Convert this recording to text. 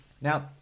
Now